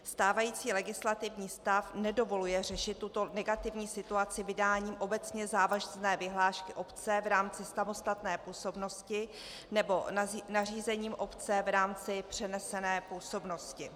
Stávající legislativní stav nedovoluje řešit tuto negativní situaci vydáním obecně závazné vyhlášky obce v rámci samostatné působnosti nebo nařízením obce v rámci přenesené působnosti.